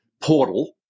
portal